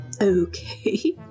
Okay